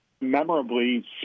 memorably